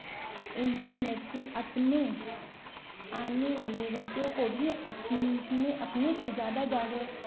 internet से अपने आने वाले बच्चों को भी अपने अपने से ज़्यादा जागरुक